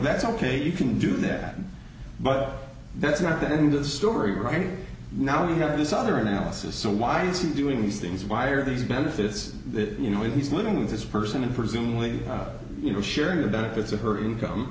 that's ok you can do that but that's not the end of the story right now you've got this other analysis so why is he doing these things why are these benefits that you know he's living with this person and presumably you know sharing the benefits of her income